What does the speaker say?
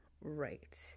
right